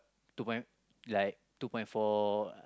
two point like two point four